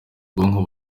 ubwonko